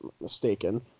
mistaken